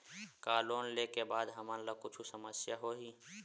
का लोन ले के बाद हमन ला कुछु समस्या होही?